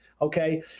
Okay